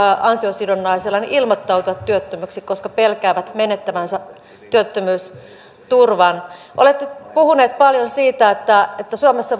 ansiosidonnaisella ilmoittautua työttömäksi koska pelkäävät menettävänsä työttömyysturvan olette puhuneet paljon siitä että että suomessa